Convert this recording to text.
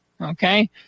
okay